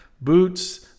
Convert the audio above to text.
boots